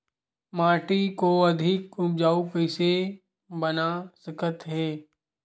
माटी को अधिक उपजाऊ कइसे बना सकत हे?